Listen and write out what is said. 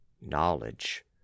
knowledge